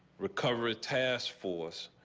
recover a task force.